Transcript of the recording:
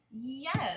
Yes